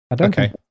Okay